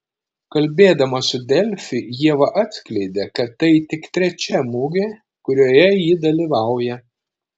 kalbėdama su delfi ieva atskleidė kad tai tik trečia mugė kurioje ji dalyvauja